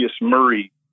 Murray